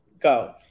Go